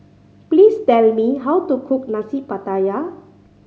please tell me how to cook Nasi Pattaya